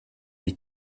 lui